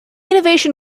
innovation